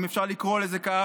אם אפשר לקרוא לזה כך,